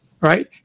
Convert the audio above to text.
right